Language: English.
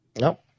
Nope